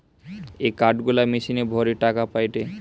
এ card গুলা মেশিনে ভরে টাকা পায়টে